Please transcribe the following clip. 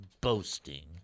boasting